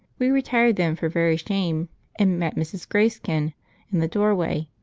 we retired then for very shame and met mrs. greyskin in the doorway.